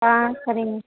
சரிங்க